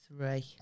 three